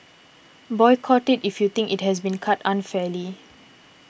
boycott it if you think it has been cut unfairly